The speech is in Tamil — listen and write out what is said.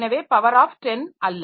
எனவே பவர் ஆஃப் 10 அல்ல